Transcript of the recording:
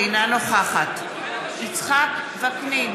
אינה נוכחת יצחק וקנין,